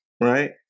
right